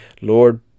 Lord